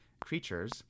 creatures